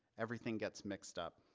everything gets mixed up.